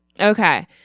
Okay